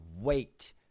wait